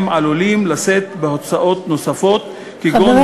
הם עלולים לשאת בהוצאות נוספות כגון,